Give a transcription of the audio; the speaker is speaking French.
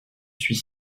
suis